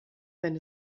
wenn